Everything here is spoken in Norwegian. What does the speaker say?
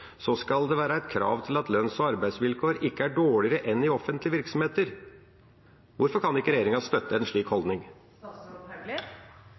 skal det være et krav om at lønns- og arbeidsvilkår ikke er dårligere enn i offentlige virksomheter. Hvorfor kan ikke regjeringa støtte en slik